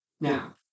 Now